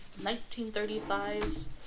1935's